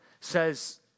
says